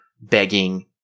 begging